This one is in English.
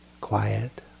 quiet